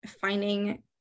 finding